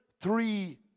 three